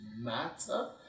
matter